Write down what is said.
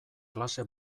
klase